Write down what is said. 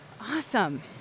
Awesome